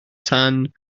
tan